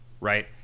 right